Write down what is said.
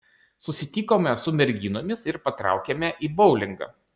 susitikome su merginomis ir patraukėme į boulingą